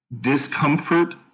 discomfort